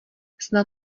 snad